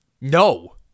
No